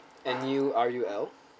N U R U L